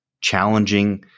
challenging